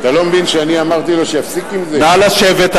נא לשבת.